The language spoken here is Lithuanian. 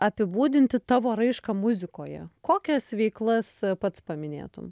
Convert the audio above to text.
apibūdinti tavo raišką muzikoje kokias veiklas pats paminėtum